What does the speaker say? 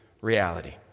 reality